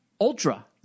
ultra